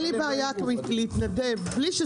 אין לי בעיה להתנדב,